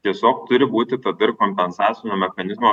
tiesiog turi būti tada ir kompensacinio mechanizmo